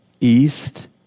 East